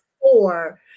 four